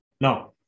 Now